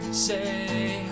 say